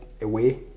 away